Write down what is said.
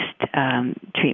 treatment